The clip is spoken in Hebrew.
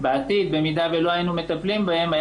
בעתיד במידה ולא היינו מטפלים בהן היה